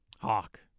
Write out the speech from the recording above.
Hawk